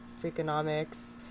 Freakonomics